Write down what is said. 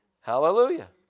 Hallelujah